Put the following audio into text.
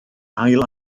ail